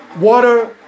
water